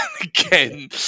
again